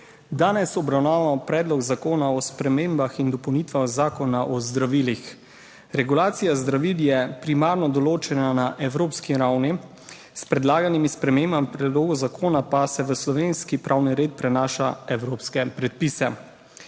Danes obravnavamo Predlog zakona o spremembah in dopolnitvah Zakona o zdravilih. Regulacija zdravil je primarno določena na evropski ravni, s predlaganimi spremembami predloga zakona pa se v slovenski pravni red prenaša evropske predpise.